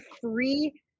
free